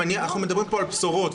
אנחנו מדברים פה על בשורות,